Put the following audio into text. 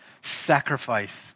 sacrifice